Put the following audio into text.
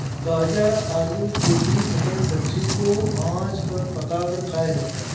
गाजर आलू गोभी मटर सब्जी को आँच पर पकाकर खाया जाता है